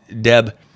Deb